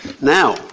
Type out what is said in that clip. now